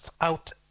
out